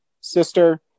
sister